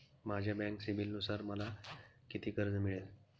माझ्या बँक सिबिलनुसार मला किती कर्ज मिळेल?